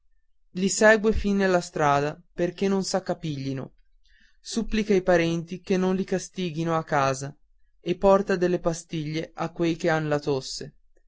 li segue fin nella strada perché non s'accapiglino supplica i parenti che non li castighino a casa porta delle pastiglie a quei che han la tosse